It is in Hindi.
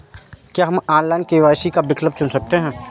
क्या हम ऑनलाइन के.वाई.सी का विकल्प चुन सकते हैं?